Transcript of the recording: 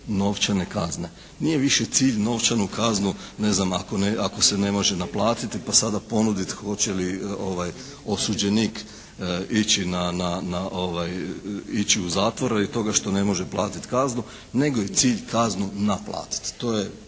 novčane kazne. Nije više cilj novčanu kaznu, ne znam ako se ne može naplatiti pa sada ponuditi hoće li osuđenik ići na, ići u zatvor radi toga što ne može platiti kaznu nego je cilj kaznu naplatiti.